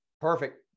Perfect